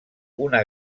una